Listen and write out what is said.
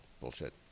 Bullshit